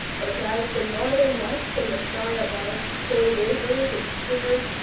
but as the northern lights in the sky above, so wavered and quivered,